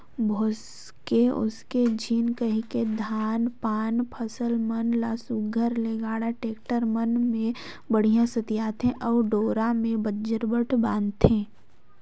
भोसके उसके झिन कहिके धान पान फसिल मन ल सुग्घर ले गाड़ा, टेक्टर मन मे बड़िहा सथियाथे अउ डोरा मे बजरबट बांधथे